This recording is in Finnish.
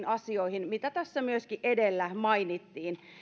asioihin mitä tässä myöskin edellä mainittiin